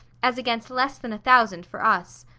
as against less than a thousand for us.